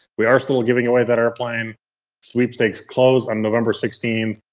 we are still giving away that airplane sweepstakes close on november sixteenth.